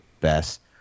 best